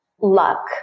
luck